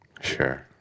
Sure